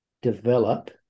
develop